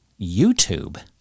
YouTube